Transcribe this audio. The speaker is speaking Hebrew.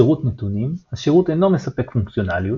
שירות נתונים השירות אינו מספק פונקציונליות.